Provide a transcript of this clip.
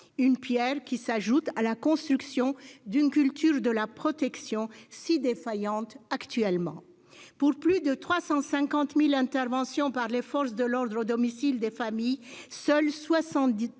une pierre qui s'ajoute à la construction d'une culture de la protection, si défaillante actuellement. Pour plus de 350 000 interventions par les forces de l'ordre au domicile des familles, seuls 79 000